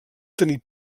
tenir